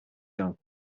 don